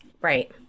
Right